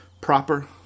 proper